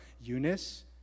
Eunice